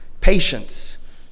patience